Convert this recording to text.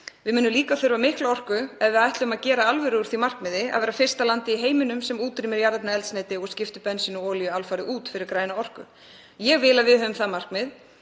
Við munum líka þurfa mikla orku ef við ætlum að gera alvöru úr því markmiði að vera fyrsta landið í heiminum sem útrýmir jarðefnaeldsneyti og skiptir bensíni og olíu alfarið út fyrir græna orku. Ég vil að við höfum það markmið.